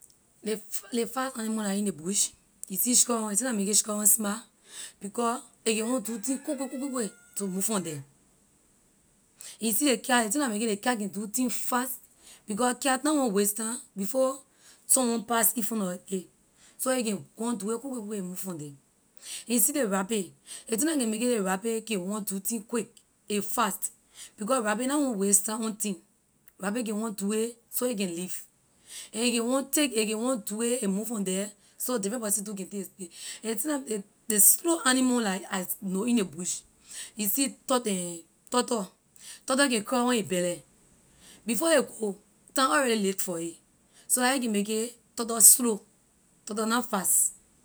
Ley fas- ley fast animal la in ley bush you see squirrel ley thing la make it squirrel smart because a can want do thing quick quick quick quick to move from the you see ley cat ley thing la make it ley cat can do thing fast because cat na want waste time before someone pass in front nor a so a can want do it quick quick quick quick and move from the and you see ley rabbit ley thing la can make it ley rabbit can want do thing quick a fast because rabbit na want waste time on thing rabbit can want do it so a can leave and a can want take a can want do it a move from the so different person too can take a space ley thing na ley ley slow animal la I know in ley bush you ser tur- turtle, turtle can crow on a belleh before ley go time already late for a so la a can make it turtle slow turtle na fast.